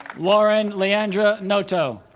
lauren leandra noto